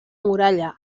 muralla